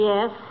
Yes